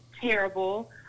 terrible